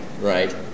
Right